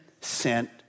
sent